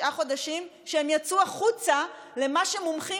תשעה חודשים שהם יצאו החוצה למה שמומחים